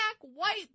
white